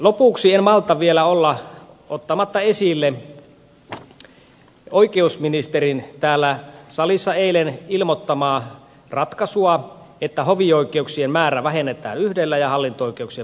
lopuksi en malta vielä olla ottamatta esille oikeusministerin täällä salissa eilen ilmoittamaa ratkaisua että hovioikeuksien määrää vähennetään yhdellä ja hallinto oikeuksien määrää kahdella